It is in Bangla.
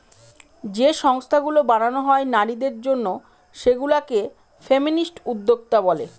যে সংস্থাগুলো বানানো হয় নারীদের জন্য সেগুলা কে ফেমিনিস্ট উদ্যোক্তা বলে